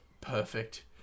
perfect